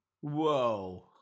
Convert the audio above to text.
Whoa